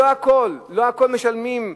שלא הכול משלמים,